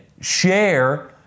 share